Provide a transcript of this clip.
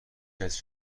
کسی